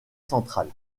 centrale